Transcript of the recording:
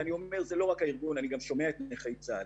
וחובה עלינו לעסוק בה עד שהיא תשתפר.